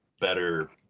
better